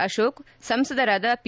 ಅಶೋಕ್ ಸಂಸದರಾದ ಪಿ